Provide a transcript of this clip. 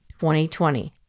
2020